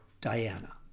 Diana